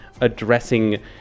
addressing